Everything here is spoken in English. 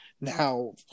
Now